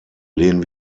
lehnen